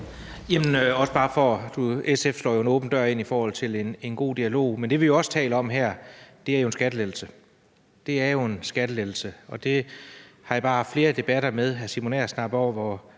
Anders Kronborg (S): SF slår jo en åben dør ind i forhold til en god dialog. Men det, vi også taler om her, er jo en skattelettelse. Det er en skattelettelse, og det har jeg bare haft flere debatter med